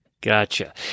Gotcha